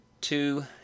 two